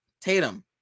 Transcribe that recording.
Tatum